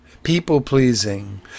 people-pleasing